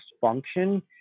function